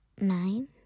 nine